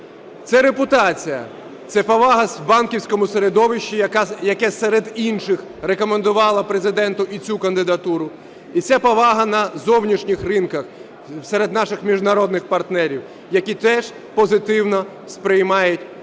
Це репутація, це повага у банківському середовищі, яке серед інших рекомендувало Президенту і цю кандидатуру, і це повага на зовнішніх ринках, серед наших міжнародних партнерів, які теж позитивно сприймають цю